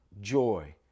joy